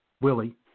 Willie